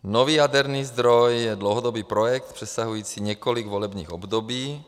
Nový jaderný zdroj je dlouhodobý projekt přesahující několik volebních období.